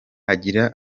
agira